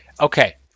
Okay